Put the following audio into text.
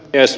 puhemies